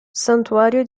santuario